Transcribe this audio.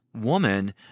woman